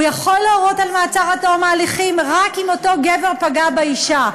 הוא יכול להורות על מעצר עד תום ההליכים רק אם אותו גבר פגע באישה.